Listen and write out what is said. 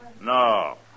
No